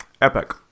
epic